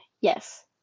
yes